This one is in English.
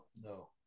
No